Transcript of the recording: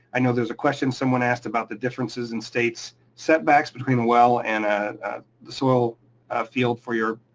i know there's a question someone asked about the differences in states' setbacks between a well and ah the soil field for your